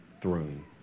throne